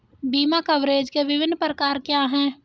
बीमा कवरेज के विभिन्न प्रकार क्या हैं?